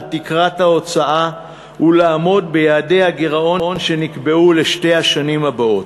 תקרת ההוצאה ולעמוד ביעדי הגירעון שנקבעו לשתי השנים הבאות.